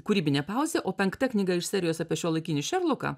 kūrybinė pauzė o penkta knyga iš serijos apie šiuolaikinį šerloką